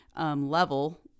level